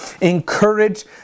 encourage